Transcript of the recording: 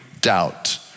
doubt